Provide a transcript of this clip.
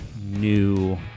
new